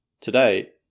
Today